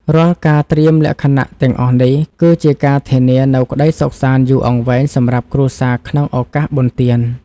រាល់ការត្រៀមលក្ខណៈទាំងអស់នេះ គឺជាការធានានូវក្តីសុខសាន្តយូរអង្វែងសម្រាប់គ្រួសារក្នុងឱកាសបុណ្យទាន។